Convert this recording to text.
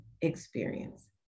experience